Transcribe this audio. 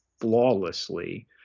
flawlessly